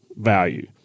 value